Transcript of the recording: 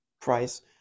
Price